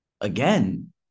again